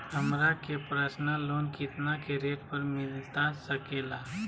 हमरा के personal loan कितना के रेट पर मिलता सके ला?